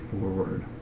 forward